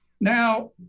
now